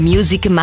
Music